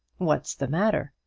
what's the matter?